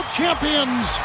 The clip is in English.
champions